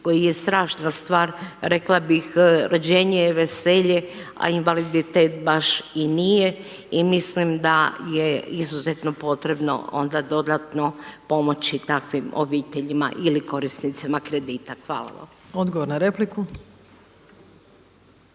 koja je strašna stvar, rekla bih rođenje je veselje, a invaliditet baš i nije i mislim da je izuzetno potrebno onda dodatno pomoći takvim obiteljima ili korisnicima kredita. Hvala vam. **Opačić,